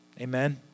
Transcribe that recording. Amen